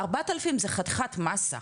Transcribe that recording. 4,000 זה חתיכת מסה,